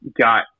got